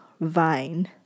Vine